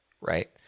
right